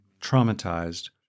traumatized